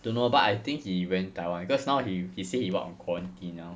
don't know but I think he went taiwan cause now he he said he got on quarantine now